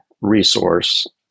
resource